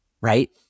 right